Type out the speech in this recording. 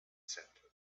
said